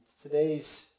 Today's